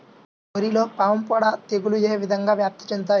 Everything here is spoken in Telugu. వరిలో పాముపొడ తెగులు ఏ విధంగా వ్యాప్తి చెందుతాయి?